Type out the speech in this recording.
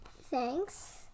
Thanks